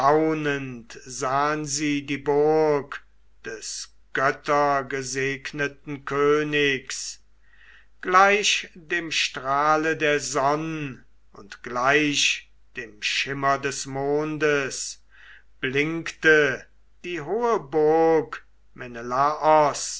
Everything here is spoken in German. sahn sie die burg des göttergesegneten königs gleich dem strahle der sonn und gleich dem schimmer des mondes blinkte die hohe burg